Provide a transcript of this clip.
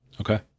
Okay